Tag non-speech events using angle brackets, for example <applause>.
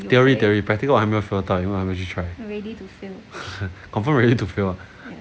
theory theory practical 我还没有 fail 到因为我还没有去 try <laughs> confirm ready to fail